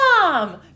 Mom